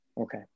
Okay